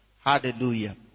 Hallelujah